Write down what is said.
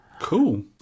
Cool